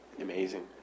Amazing